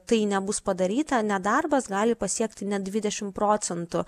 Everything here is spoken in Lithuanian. tai nebus padaryta nedarbas gali pasiekti net dvidešim procentų